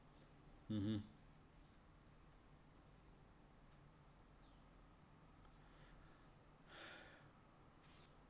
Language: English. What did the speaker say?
(uh huh)